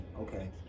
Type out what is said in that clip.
Okay